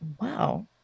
wow